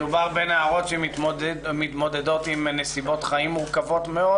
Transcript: מדובר בנערות שמתמודדות עם נסיבות חיים מורכבות מאוד